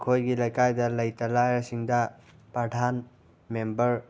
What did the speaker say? ꯑꯩꯈꯣꯏꯒꯤ ꯂꯩꯀꯥꯏꯗ ꯂꯩꯇ ꯂꯥꯏꯔꯁꯤꯡꯗ ꯄ꯭ꯔꯙꯥꯟ ꯃꯦꯝꯕꯔ